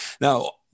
now